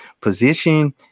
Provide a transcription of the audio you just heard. position